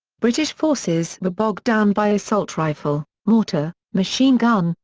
british forces were bogged down by assault rifle, mortar, machine gun,